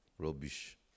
Rubbish